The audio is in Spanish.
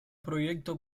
proyecto